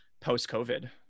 post-COVID